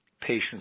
patients